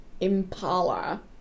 Impala